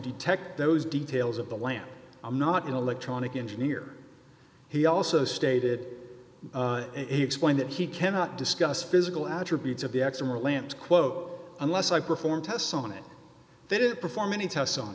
detect those details of the land i'm not an electronic engineer he also stated he explained that he cannot discuss physical attributes of the axim or lamp quote unless i perform tests on it they didn't perform any tests on